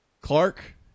Clark